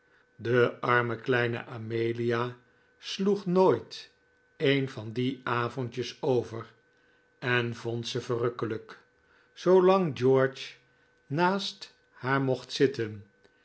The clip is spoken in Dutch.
de arme kleine amelia sloeg nooit een van die avondjes over en vond ze verrukkelijk zoolang george naast haar mocht zitten